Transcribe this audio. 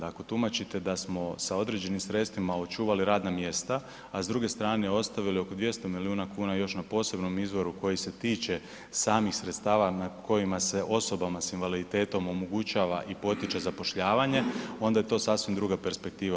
Ako tumačite da smo sa određenim sredstvima očuvali radna mjesta, a s druge strane ostavili oko 200 milijuna kuna još na posebnom izvoru koji se tiče samih sredstava na kojima se osobama s invaliditetom omogućava i potiče zapošljavanje onda je to sasvim druga perspektiva.